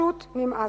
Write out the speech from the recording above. פשוט נמאס.